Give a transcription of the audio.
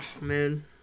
man